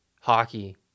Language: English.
hockey